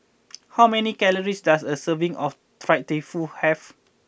how many calories does a serving of Fried Tofu have